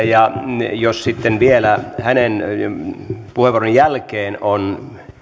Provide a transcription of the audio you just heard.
ja jos sitten vielä hänen puheenvuoronsa jälkeen on